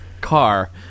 car